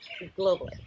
globally